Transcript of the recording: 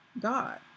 God